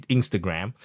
Instagram